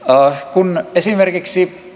kun esimerkiksi